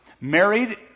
married